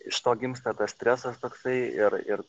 iš to gimsta stresas toksai ir ir